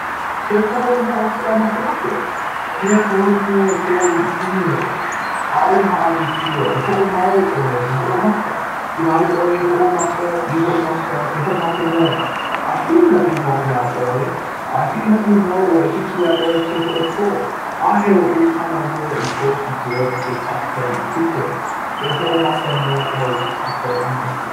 pehea ka holomua o kēlā makemake? pehea ka holomua o kēlā ʻiʻini ou? ʻaʻale haʻawi pio e hoʻomau ʻoe e hoʻomaka! inā ʻaʻole ʻoe e hoʻomaka i hoʻomaka e hoʻomaka nō a hilinaʻi wau iā ʻoe a hilinaʻi wau ua hiki iā ʻoe ke hoʻokō ʻaʻahe oʻu kānālua i kou hiki ʻole ke kākau i puke. e hoʻomaka nō ʻoe i ke kākau ʻana i ka puke.